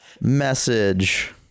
message